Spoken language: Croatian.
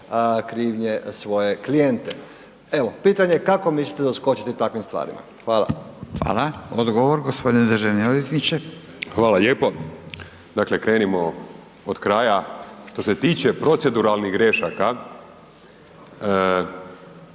krivnje svoje klijente? Evo, pitanje je kako mislite doskočiti takvim stvarima? Hvala. **Radin, Furio (Nezavisni)** Odgovor, gospodine državni odvjetniče. **Jelenić, Dražen** Hvala lijepo. Dakle, krenimo od kraja. Što se tiče proceduralnih grašaka